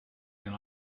and